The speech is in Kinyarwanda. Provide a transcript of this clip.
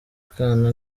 kana